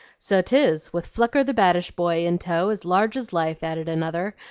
so tis, with flucker, the baddish boy in tow, as large as life, added another,